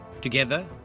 together